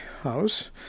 house